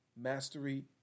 Mastery